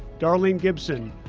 darlene gibson,